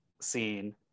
scene